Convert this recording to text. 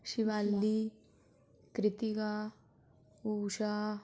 Shivali Kritika Usha